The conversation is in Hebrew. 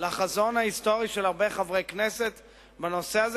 לחזון ההיסטורי של הרבה חברי כנסת בנושא הזה,